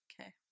Okay